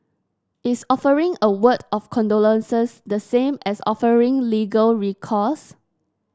is offering a word of condolence the same as offering legal recourse